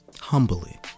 Humbly